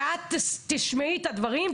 ואת תשמעי את הדברים.